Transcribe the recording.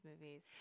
movies